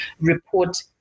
report